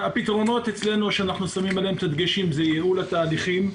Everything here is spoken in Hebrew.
הפתרונות שאנחנו שמים עליהם את הדגשים זה ייעול התהליכים,